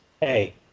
hey